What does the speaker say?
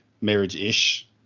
marriage-ish